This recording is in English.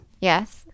Yes